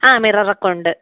ആ മിറർ ഒക്കെ ഉണ്ട്